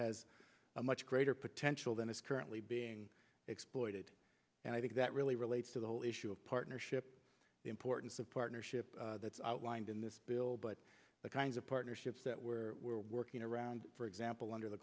has a much greater potential than is currently being exploited and i think that really relates to the whole issue of partnership the importance of partnership that's outlined in this bill but the kinds of partnerships that we're working around for example under the